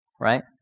right